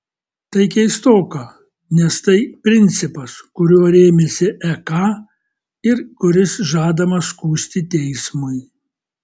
tai keistoka nes tai principas kuriuo rėmėsi ek ir kuris žadamas skųsti teismui